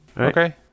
okay